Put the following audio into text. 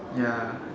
ya